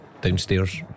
Downstairs